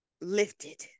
lifted